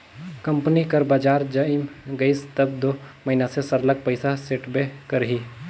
company कर बजार जइम गइस तब दो मइनसे सरलग पइसा सोंटबे करही